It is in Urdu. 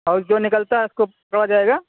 اور جو نکلتا ہے اس کو پکڑا جائے گا